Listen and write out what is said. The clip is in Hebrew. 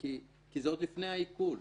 כי זה עוד לפני העיקול.